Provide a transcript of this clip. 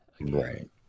right